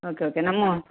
okay okay ನಮ್ಮ